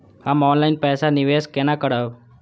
हम ऑनलाइन पैसा निवेश केना करब?